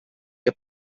que